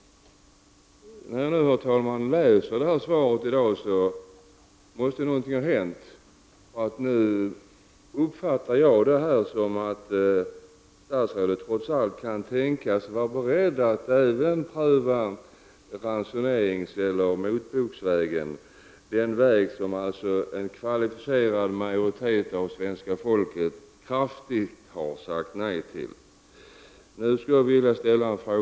Herr talman! När man nu läser detta svar i dag förfaller något ha hänt. Nu uppfattar jag svaret som att statsrådet trots allt kan tänka sig att vara beredd att även pröva ransonering eller motbok, dvs. den väg som en kvalificerad majoritet av svenska folket kraftigt har sagt nej till.